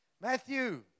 Matthew